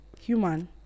human